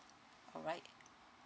all right